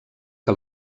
que